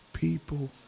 People